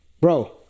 bro